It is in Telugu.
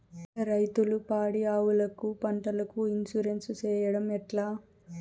రైతులు పాడి ఆవులకు, పంటలకు, ఇన్సూరెన్సు సేయడం ఎట్లా?